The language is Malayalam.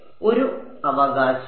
ഒരു അവകാശം